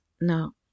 No